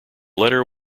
letter